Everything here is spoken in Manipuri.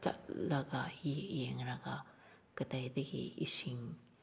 ꯆꯠꯂꯒ ꯌꯦꯡꯂꯒ ꯀꯗꯥꯏꯗꯒꯤ ꯏꯁꯤꯡ